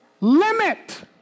Limit